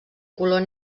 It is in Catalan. color